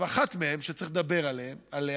עכשיו, אחת מהן, שצריך לדבר עליה מאוד,